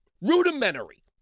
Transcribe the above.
rudimentary